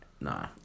nah